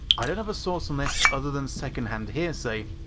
i don't have a source on this other than second-hand hearsay,